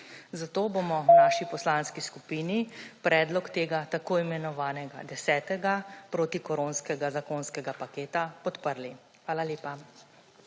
razprave/ v naši poslanski skupini predlog tega, tako imenovanega, desetega protikoronskega zakonskega paketa, podprli. Hvala lepa.